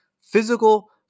Physical